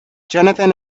johnathan